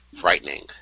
frightening